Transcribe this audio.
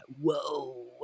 whoa